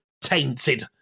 tainted